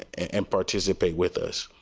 and participate with us.